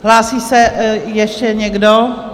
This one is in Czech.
Hlásí se ještě někdo?